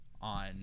on